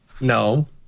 No